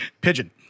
Pigeon